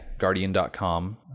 guardian.com